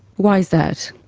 why is that?